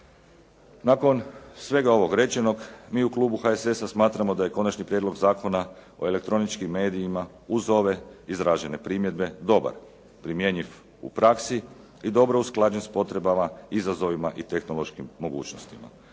Nakon svega ovog rečenog mi u klubu HSS-a smatramo da je Konačni prijedlog zakona o elektroničkim medijima uz ove izražene primjedbe dobar, primjenjiv u praksi i dobro usklađen sa potrebama, izazovima i tehnološkim mogućnostima.